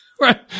right